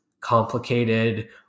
complicated